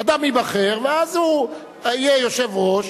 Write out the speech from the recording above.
אדם ייבחר ואז הוא יהיה יושב-ראש,